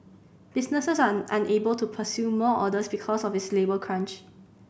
businesses are unable to pursue more orders because of this labour crunch